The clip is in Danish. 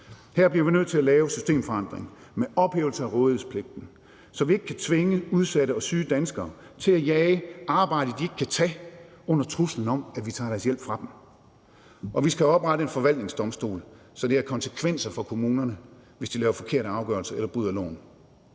Her bliver vi nødt til at lave en systemforandring med en ophævelse af rådighedspligten, så vi ikke kan tvinge udsatte og syge danskere til at jage arbejde, de ikke kan tage, under truslen om, at vi tager deres hjælp fra dem. Og vi skal oprette en forvaltningsdomstol, så det har konsekvenser for kommunerne, hvis de laver forkerte afgørelser eller bryder loven.